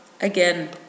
again